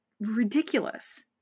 ridiculous